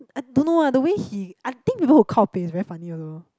I don't know ah the way he I think people who kaopei is very funny also